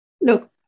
Look